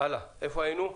איפה היינו?